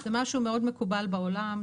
זה משהו מאוד מקובל בעולם,